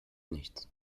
nichts